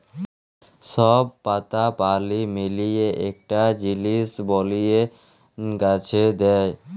সব পাতা পালি মিলিয়ে একটা জিলিস বলিয়ে গাছে দেয়